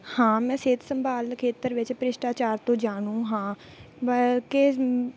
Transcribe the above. ਹਾਂ ਮੈਂ ਸਿਹਤ ਸੰਭਾਲ ਖੇਤਰ ਵਿੱਚ ਭ੍ਰਿਸ਼ਟਾਚਾਰ ਤੋਂ ਜਾਣੂ ਹਾਂ ਬਲਕਿ